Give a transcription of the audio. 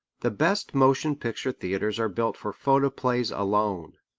the best motion picture theatres are built for photoplays alone.